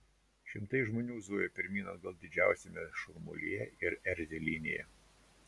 šimtai žmonių zujo pirmyn atgal didžiausiame šurmulyje ir erzelynėje